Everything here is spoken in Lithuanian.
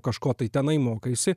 kažko tai tenai mokaisi